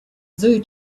zoo